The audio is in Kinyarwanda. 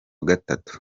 gatatu